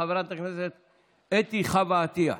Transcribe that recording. חברת הכנסת אתי חוה עטייה,